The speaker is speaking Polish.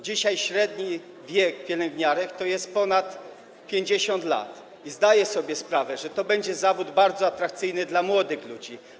Dzisiaj średni wiek pielęgniarek to ponad 50 lat i zdaję sobie sprawę, że to będzie zawód bardzo atrakcyjny dla młodych ludzi.